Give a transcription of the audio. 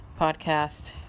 podcast